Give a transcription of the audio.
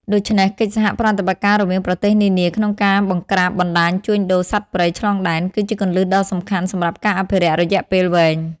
ដូច្នេះ កិច្ចសហប្រតិបត្តិការរវាងប្រទេសនានា ក្នុងការ បង្ក្រាបបណ្តាញជួញដូរសត្វព្រៃឆ្លងដែន គឺជាគន្លឹះដ៏សំខាន់សម្រាប់ការអភិរក្សរយៈពេលវែង។